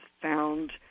found